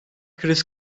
kriz